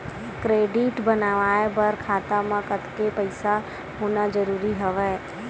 Credit बनवाय बर खाता म कतेकन पईसा होना जरूरी हवय?